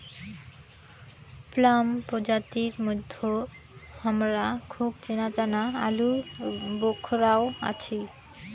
plum প্রজাতির মইধ্যে হামার খুব চেনাজানা আলুবোখরাও আছি